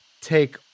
take